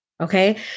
Okay